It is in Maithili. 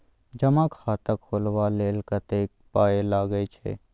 जमा खाता खोलबा लेल कतेक पाय लागय छै